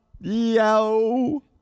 Yo